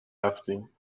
رفتیم